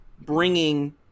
bringing